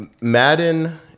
madden